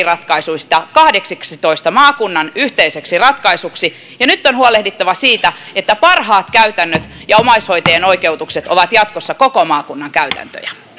ratkaisuista kahdeksantoista maakunnan yhteiseksi ratkaisuksi ja nyt on huolehdittava siitä että parhaat käytännöt ja omaishoitajien oikeutukset ovat jatkossa koko maakunnan käytäntöjä